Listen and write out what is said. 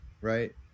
right